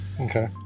Okay